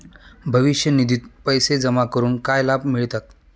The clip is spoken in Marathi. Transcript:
भविष्य निधित पैसे जमा करून काय लाभ मिळतात?